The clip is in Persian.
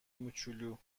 موچولو